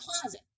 closet